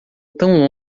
tão